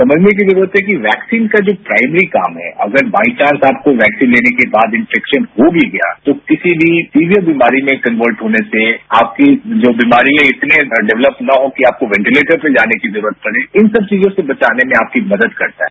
समझने की जरूरत है कि वैक्सीन का जो प्राइमरी काम है अगर बाइचांस आपको वैक्सीन लेने के बाद इनेफेक्शन हो भी गया तो किसी भी सीवियर बीमारी में कन्वर्ट होने से आपके जो बीमारियां इतने डेवलप न हो कि आपको वेंटिलेटर पर जाने की जरूरत पड़े इन सब चीजों से बचाने में आपकी मदद करता है